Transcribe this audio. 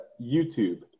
YouTube